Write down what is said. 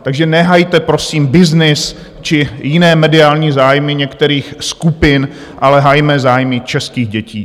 Takže nehajte prosím byznys či jiné mediální zájmy některých skupin, ale hajme zájmy českých dětí.